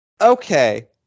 okay